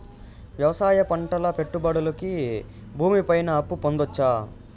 వ్యవసాయం పంటల పెట్టుబడులు కి భూమి పైన అప్పు పొందొచ్చా?